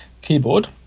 keyboard